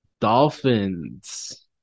Dolphins